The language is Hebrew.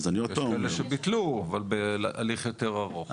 יש כאלה שביטלו, אבל בהליך יותר ארוך.